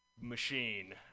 machine